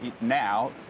now